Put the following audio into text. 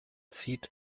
sieht